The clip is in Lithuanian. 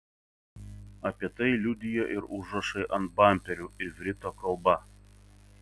apie tai liudija ir užrašai ant bamperių ivrito kalba